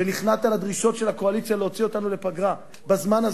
שנכנעת לדרישות של הקואליציה להוציא אותנו לפגרה בזמן הזה.